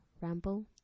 ramble